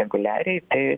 reguliariai tai